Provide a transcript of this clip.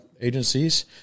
agencies